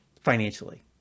financially